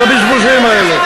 את הבזבוזים האלה?